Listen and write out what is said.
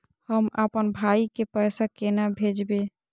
हम आपन भाई के पैसा केना भेजबे?